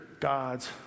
God's